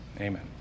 amen